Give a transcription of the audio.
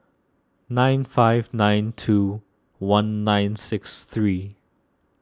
nine five nine two one nine six three